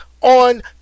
on